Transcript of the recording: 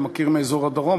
אתה מכיר מאזור הדרום,